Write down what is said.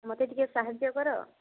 ମୋତେ ଟିକେ ସାହାଯ୍ୟ କର